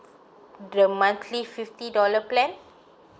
the monthly fifty dollar plan